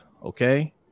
Okay